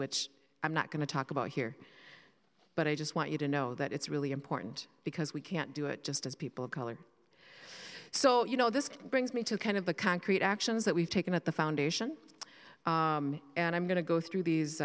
which i'm not going to talk about here but i just want you to know that it's really important because we can't do it just as people of color so you know this brings me to kind of the concrete actions that we've taken at the foundation and i'm going to go through these